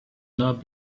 not